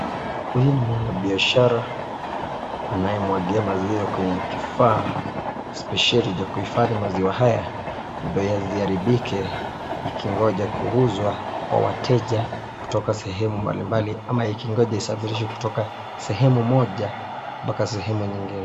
Huyu ni mwanabiashara anayemwagia maziwa kwenye kifaa spesheli cha kuhifadhi maziwa haya ndiyo yasiharibike ikingoja kuuzwa kwa wateja kutoka sehemu mbalimbali ama ikingoja isafirishwe kutoka sehemu moja mpaka sehemu ingine.